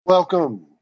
Welcome